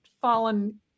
fallen